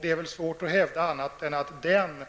Det är väl svårt att hävda annat än att den